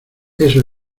eso